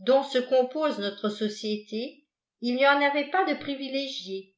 dont se compose notre société il n'y en avait pas de privilégié